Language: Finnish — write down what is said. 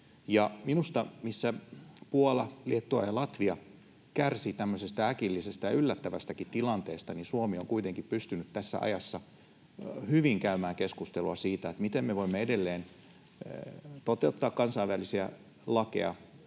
Minusta siinä, missä Puola, Liettua ja Latvia kärsivät tämmöisestä äkillisestä ja yllättävästäkin tilanteesta, Suomi on kuitenkin pystynyt tässä ajassa hyvin käymään keskustelua siitä, miten me voimme edelleen toteuttaa kansainvälisiä lakeja,